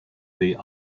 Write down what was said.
the